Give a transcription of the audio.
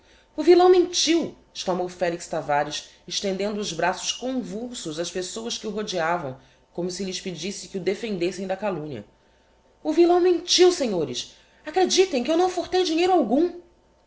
o villão mentiu exclamou felix tavares estendendo os braços convulsos ás pessoas que o rodeavam como se lhes pedisse que o defendessem da calumnia o villão mentiu senhores acreditem que eu não furtei dinheiro algum